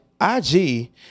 ig